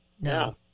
No